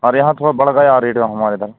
और यहाँ थोड़ा बढ़ गया रेट हमारे तरफ